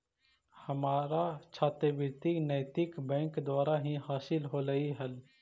हमारा छात्रवृति नैतिक बैंक द्वारा ही हासिल होलई हल